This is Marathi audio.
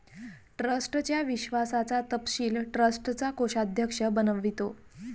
ट्रस्टच्या विश्वासाचा तपशील ट्रस्टचा कोषाध्यक्ष बनवितो